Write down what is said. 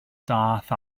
daeth